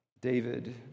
David